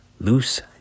loose